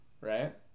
right